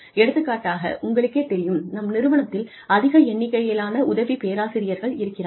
எடுத்துக்காட்டாக உங்களுக்கே தெரியும் நம் நிறுவனத்தில் அதிக எண்ணிக்கையிலான உதவி பேராசிரியர்கள் இருக்கிறார்கள்